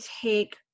take